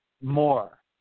more